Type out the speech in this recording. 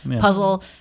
puzzle